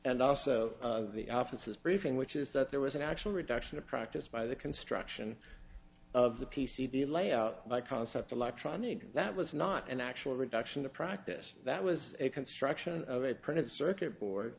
and also of the offices briefing which is that there was an actual reduction of practice by the construction of the p c b layout by concept electronic that was not an actual reduction to practice that was a construction of a printed